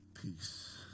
peace